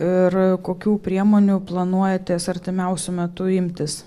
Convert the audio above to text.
ir kokių priemonių planuojatės artimiausiu metu imtis